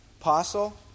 Apostle